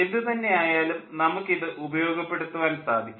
എന്തു തന്നെ ആയാലും നമുക്കിത് ഉപയോഗപ്പെടുത്തുവാൻ സാധിക്കും